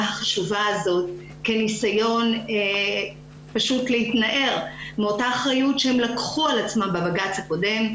החשובה הזאת כניסיון להתנער מאותה אחריות שהם לקחו על עצמם בבג"ץ הקודם.